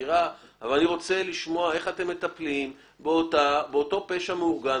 לחקירה אבל אני רוצה לשמוע איך אתם מטפלים באותו פשע מאורגן,